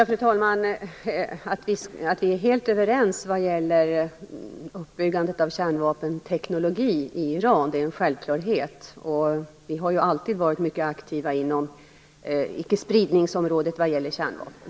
Fru talman! Att vi är helt överens vad gäller uppbyggande av kärnvapenteknologi i Iran är en självklarhet. Vi har alltid varit mycket aktiva inom ickespridningsområdet i fråga om kärnvapen.